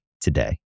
today